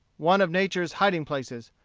one of nature's hiding-places,